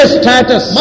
status